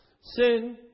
sin